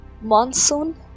Monsoon